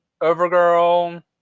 Overgirl